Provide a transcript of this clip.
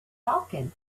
falcon